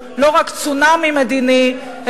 לא רק צונאמי מדיני,